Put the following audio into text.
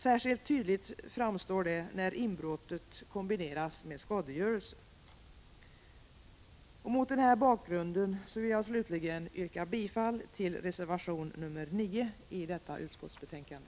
Särskilt tydligt framstår det när inbrottet kombineras med skadegörelse. Mot den här bakgrunden vill jag slutligen också yrka bifall till reservation nr 9 i detta utskottsbetänkande.